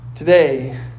Today